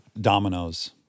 Dominoes